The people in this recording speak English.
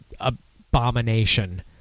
Abomination